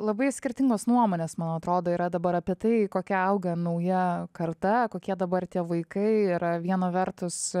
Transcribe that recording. labai skirtingos nuomonės man atrodo yra dabar apie tai kokia auga nauja karta kokie dabar tie vaikai yra viena vertus